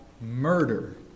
murder